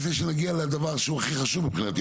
לפני שנגיע לדבר שהוא הכי חשוב מבחינתי,